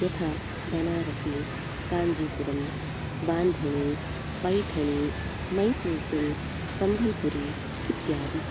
यथा बनारसी काञ्जीपुरं बांधणी पैठणी मैसूर्सिक्ल् सम्भल्पुरी इत्यादि